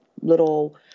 little